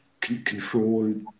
control